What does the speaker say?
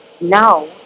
now